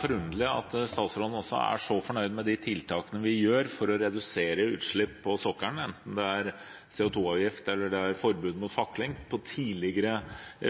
forunderlig at statsråden er så fornøyd med de tiltakene vi gjør for å redusere utslipp på sokkelen, enten det er CO2-avgift eller forbud mot fakling, etter tidligere